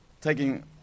taking